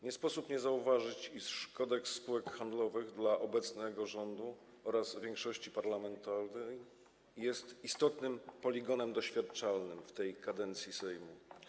Nie sposób nie zauważyć, iż Kodeks spółek handlowych dla obecnego rządu oraz większości parlamentarnej jest istotnym poligonem doświadczalnym w tej kadencji Sejmu.